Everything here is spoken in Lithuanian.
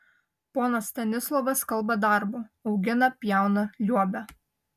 ponas stanislovas kalba darbu augina pjauna liuobia